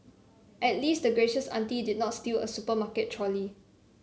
at least the gracious auntie did not steal a supermarket trolley